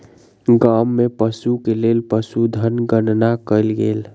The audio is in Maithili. गाम में पशु के लेल पशुधन गणना कयल गेल